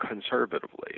conservatively